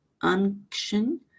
unction